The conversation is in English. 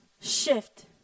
shift